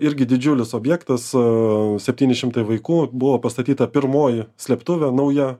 irgi didžiulis objektas a septyni šimtai vaikų buvo pastatyta pirmoji slėptuvė nauja